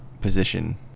position